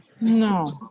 No